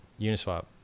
Uniswap